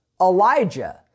Elijah